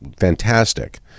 fantastic